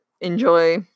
enjoy